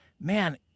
man